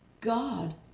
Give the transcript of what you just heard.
god